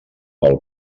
del